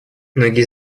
многие